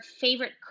favorite